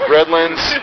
Redlands